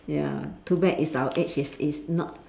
ya too bad it's our age it's it's not